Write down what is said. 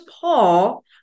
Paul